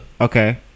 Okay